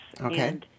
Okay